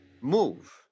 move